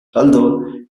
although